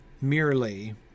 merely